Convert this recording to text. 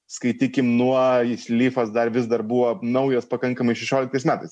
skaitykim nuo iš lyfas dar vis dar buvo naujos pakankamai šešioliktais metais